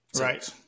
Right